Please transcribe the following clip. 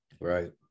right